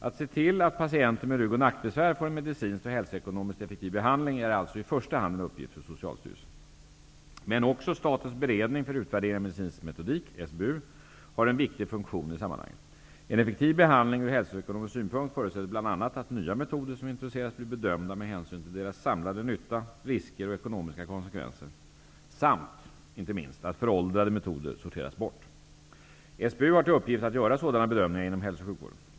Att se till att patienter med rygg och nackbesvär får en medicinskt och hälsoekonomiskt effektiv behandling är alltså i första hand en uppgift för Socialstyrelsen. Men också Statens beredning för utvärdering av medicinsk metodik har en viktig funktion i sammanhanget. En effektiv behandling ur hälsoekonomisk synpunkt förutsätter bl.a. att nya metoder som introduceras blir bedömda med hänsyn till deras samlade nytta, risker och ekonomiska konsekvenser samt, inte minst, att föråldrade metoder sorteras bort. SBU har till uppgift att göra sådana bedömningar inom hälso och sjukvården.